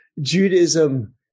Judaism